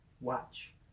watch